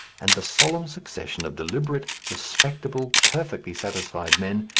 and the solemn succession of deliberate, respectable, perfectly satisfied men,